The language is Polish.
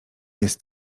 jest